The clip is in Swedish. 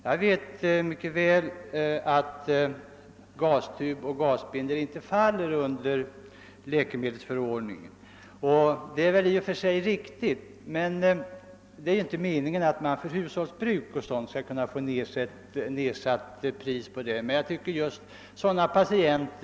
Jag vet mycket väl att gasväv och gasbindor inte faller under läkemedelsförordningen, och det är väl i och för sig alldeles riktigt. Jag menar inte att man skall få priset nedsatt på dessa artiklar för hushållsbruk så att säga.